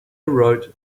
wrote